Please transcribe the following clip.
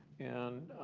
and